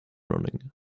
running